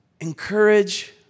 encourage